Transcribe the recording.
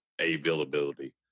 availability